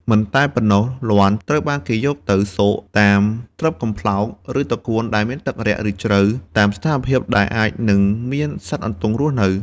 មិនតែប៉ុណ្ណោះ លាន់ ត្រូវបានគេយកទៅស៊ក តាមត្រឹបកំប្លោក ឬត្រកួនដែលមានទឹករាក់ ឬជ្រៅ តាមស្ថានភាពដែលអាចនឹងមានសត្វអន្ទង់រស់នៅ។